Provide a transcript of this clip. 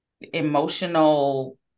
emotional